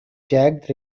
jagged